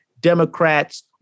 Democrats